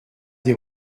des